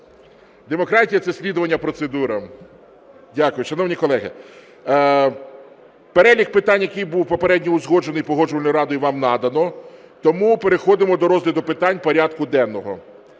Демократія – це слідування процедурам. Дякую. Шановні колеги, перелік питань, який був попередньо узгоджений Погоджувальною радою вам надано, тому переходимо до розгляду питань порядку денного.